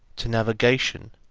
to navigation,